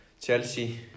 Chelsea